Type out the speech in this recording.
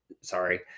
Sorry